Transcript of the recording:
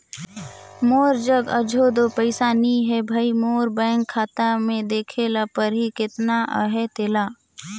मोर जग अझो दो पइसा नी हे भई, मोर बेंक खाता में देखे ले परही केतना अहे तेला